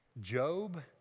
Job